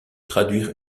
traduire